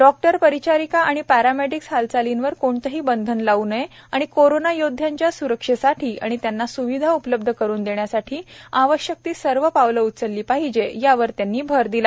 doctor परिचारिका आणि पॅरामेडिक्सच्या हालचालींवर कोणतेही बंधन लावू नये आणि कोरोना योदध्यांच्या सुरक्षेसाठी आणि त्यांना सुविधा उपलब्ध करून देण्यासाठी आवश्यक ती सर्व पावले उचलली पाहिजेत यावर त्यांनी जोर दिला